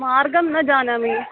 मार्गं न जानामि